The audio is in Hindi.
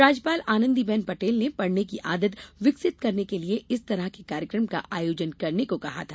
राज्यपाल आनंदी बेन पटेल ने पढ़ने की आदत विकसित करने के लिए इस तरह के कार्यक्रम का आयोजन करने को कहा था